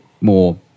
more